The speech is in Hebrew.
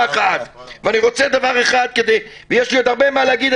יש לי עוד הרבה מה להגיד,